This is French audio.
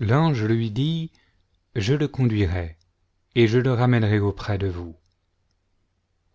l'ange lui dit je le conduirai et le ramènerai auprès de vous